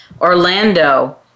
Orlando